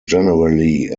generally